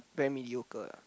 very mediocre lah